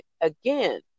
again